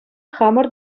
хамӑр